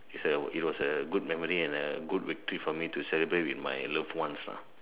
it's a it was a good memory and good victory to celebrate with my loved ones ah